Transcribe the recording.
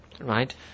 right